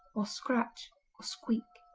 or scratch, or squeak.